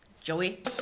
Joey